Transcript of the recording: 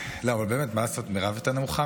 לבוא ולתת לנו טיפים פה על התנהגות של אופוזיציה,